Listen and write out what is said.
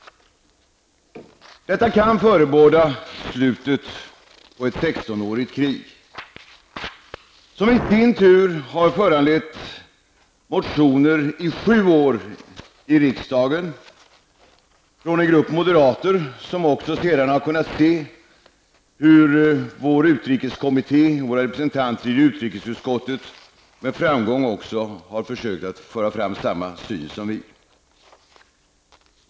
Detta kan förebåda slutet på ett 16 årigt krig, som i sin tur har föranlett motioner i sju år i Sveriges riksdag från en grupp moderater som sedan har kunnat se hur vår utrikeskommitté och representanterna i utrikesutskottet med framgång har fört fram samma syn som i motionerna.